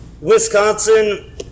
Wisconsin